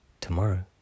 tomorrow